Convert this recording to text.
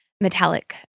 metallic